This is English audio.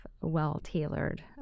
well-tailored